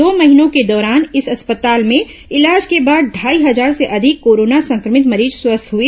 दो महीनों के दौरान इस अस्पताल में इलाज के बाद ढाई हजार से अधिक कोरोना संक्रमित मरीज स्वस्थ हुए